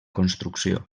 construcció